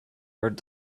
earth